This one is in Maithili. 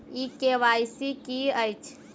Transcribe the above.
ई के.वाई.सी की अछि?